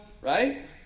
right